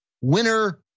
winner